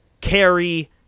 carry